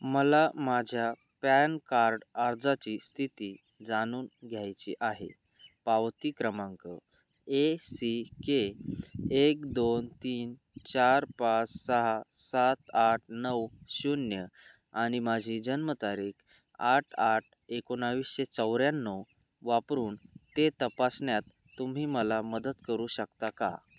मला माझ्या PAN card अर्जाची स्थिती जाणून घ्यायची आहे पावती क्रमांक ए सी के एक दोन तीन चार पाच सहा सात आठ नऊ शून्य आणि माझी जन्मतारीख आठ आठ एकोणविसशे चौऱ्याण्णव वापरून ते तपासण्यात तुम्ही मला मदत करू शकता का